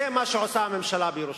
זה מה שהממשלה עושה בירושלים.